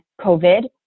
COVID